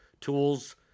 tools